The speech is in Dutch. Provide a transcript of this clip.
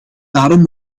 daarom